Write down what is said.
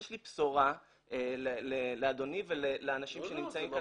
יש לי בשורה לאדוני ולאנשים שנמצאים.